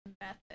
method